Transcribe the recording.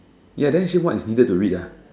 ya then she said what is needed to read